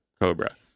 Cobra